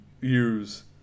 use